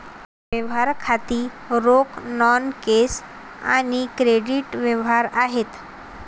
व्यवहार खाती रोख, नॉन कॅश आणि क्रेडिट व्यवहार आहेत